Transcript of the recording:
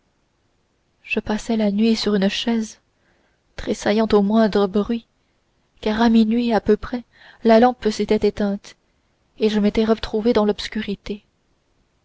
je passai la nuit sur une chaise tressaillant au moindre bruit car à minuit à peu près la lampe s'était éteinte et je m'étais retrouvée dans l'obscurité